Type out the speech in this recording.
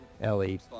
Ellie